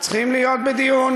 צריכים להיות בדיון,